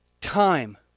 Time